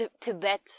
Tibet